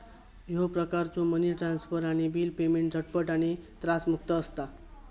ह्यो प्रकारचो money transfer आणि बिल पेमेंट झटपट आणि त्रासमुक्त असता